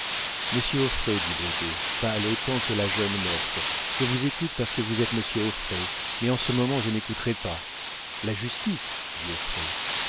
monsieur auffray dit brigaut pâle autant que la jeune morte je vous écoute parce que vous êtes monsieur auffray mais en ce moment je n'écouterais pas la justice dit